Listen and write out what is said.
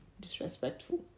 disrespectful